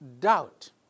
doubt